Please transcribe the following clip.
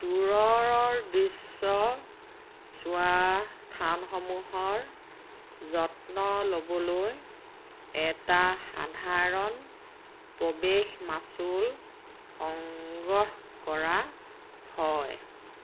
দূৰৰ দৃশ্য় চোৱা স্থান সমূহৰ যত্ন ল'বলৈ এটা সাধাৰণ প্ৰৱেশ মাচুল সংগ্ৰহ কৰা হয়